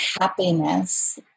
happiness